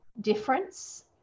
difference